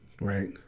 right